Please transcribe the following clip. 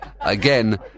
Again